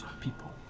people